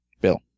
Bill